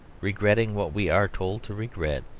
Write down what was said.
regretting what we are told to regret,